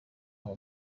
haba